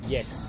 Yes